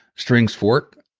strings fork.